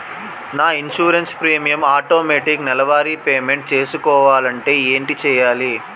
నా insurance premium automatic నెలవారి payment చేసుకోవాలంటే ఏంటి చేయాలి?